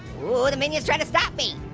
ooh the minions tried to stop me.